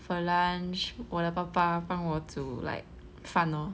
for lunch 我的爸爸帮我煮 like 饭 lor